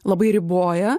labai riboja